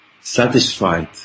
satisfied